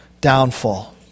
downfall